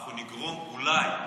אולי,